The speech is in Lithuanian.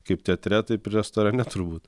kaip teatre taip ir restorane turbūt